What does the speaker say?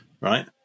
right